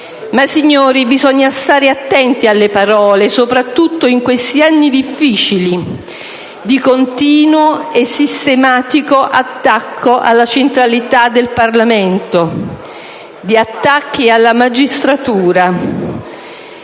Ma signori, bisogna stare attenti alle parole, soprattutto in questi anni difficili di continuo e sistematico attacco alla centralità del Parlamento, di attacchi alla magistratura,